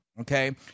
okay